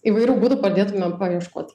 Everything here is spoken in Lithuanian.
įvairių būdų pradėtumėm paieškoti